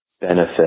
benefit